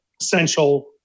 essential